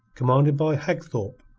commanded by hagthorpe,